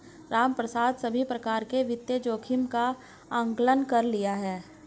रामप्रसाद सभी प्रकार के वित्तीय जोखिम का आंकलन कर लिए है